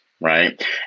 right